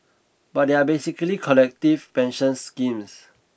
but they are basically collective pension schemes